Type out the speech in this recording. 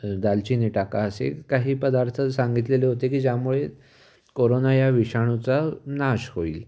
दालचिनी टाका असे काही पदार्थ सांगितलेले होते की ज्यामुळे कोरोना या विषाणूचा नाश होईल